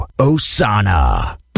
Osana